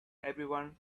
everyone